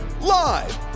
Live